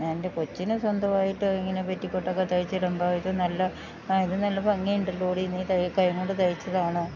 എൻ്റെ കൊച്ചിന് സ്വന്തവായിട്ട് ഇങ്ങനെ പെറ്റിക്കൊട്ടൊക്കെ തയ്ച്ചിടുമ്പോൾ ഇത് നല്ല ആ ഇത് നല്ല ഭംഗി ഉണ്ടല്ലോ നീ കൈ കൈകൊണ്ട് തയ്ച്ചതാണോ